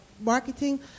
marketing